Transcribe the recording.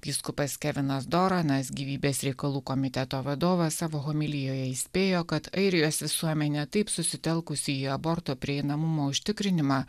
vyskupas kevinas doronas gyvybės reikalų komiteto vadovas savo homilijoje įspėjo kad airijos visuomenė taip susitelkusi į aborto prieinamumo užtikrinimą